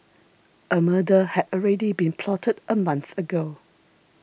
a murder had already been plotted a month ago